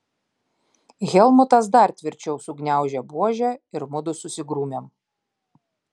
helmutas dar tvirčiau sugniaužė buožę ir mudu susigrūmėm